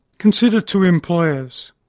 consider two employers,